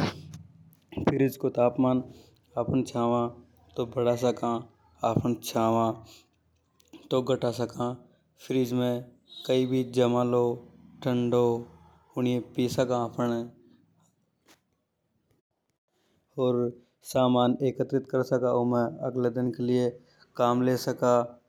फ्रिज को तापमान आफ़न छावां तो बड़ा सका आफ़न छावां तो घटा सका। और समान एकत्रित कर सका उमें, अगले दन के लिए काम ले सका।